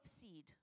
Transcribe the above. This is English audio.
seed